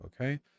okay